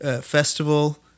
festival